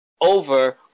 over